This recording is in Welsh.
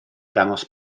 ddangos